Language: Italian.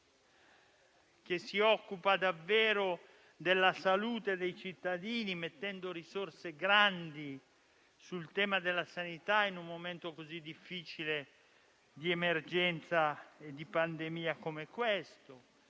si occupa davvero della salute dei cittadini stanziando grandi risorse sul tema della sanità in un momento così difficile di emergenza e di pandemia come quello